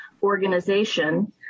organization